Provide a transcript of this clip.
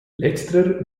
letzterer